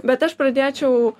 bet aš pradėčiau